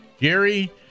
Gary